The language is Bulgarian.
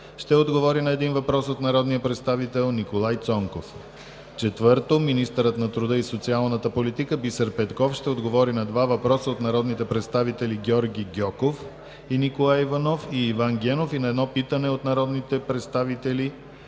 ще отговори на един въпрос от народния представител Николай Цонков. 4. Министърът на труда и социалната политика Бисер Петков ще отговори на два въпроса от народните представители Георги Гьоков; и Николай Иванов и Иван Генов и на едно питане от народните представители